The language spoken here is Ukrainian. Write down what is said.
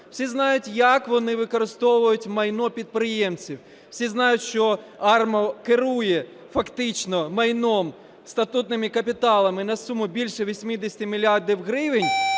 Всі знають, як вони використовують майно підприємців. Всі знають, що АРМА керує фактично майном, статутними капіталами на суму більше 80 мільярдів